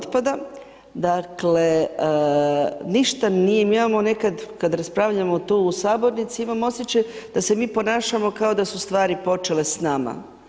Dakle, ništa nije, mi imamo nekad kad raspravljamo tu u Sabornici, imam osjećaj da se mi ponašamo kao da su stvari počele s nama.